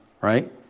Right